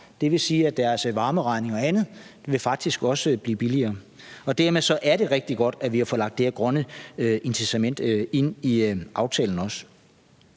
Det vil sige, at deres varmeregning og andet faktisk også vil blive billigere. Dermed er det rigtig godt, at vi også har fået lagt det her grønne incitament ind i aftalen.